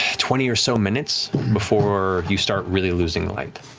twenty or so minutes, before you start really losing light.